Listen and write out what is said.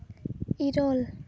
ᱤᱨᱟᱹᱞ